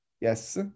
Yes